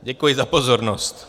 Děkuji za pozornost.